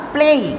Play